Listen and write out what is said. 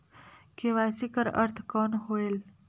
KYC कर अर्थ कौन होएल?